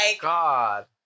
God